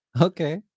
Okay